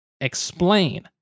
explain